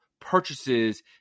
purchases